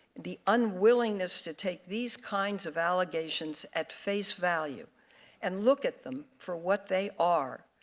the unwillingness to take these kinds of allegations at face value and look at them for what they are,